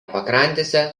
pakrantėse